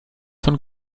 von